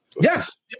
Yes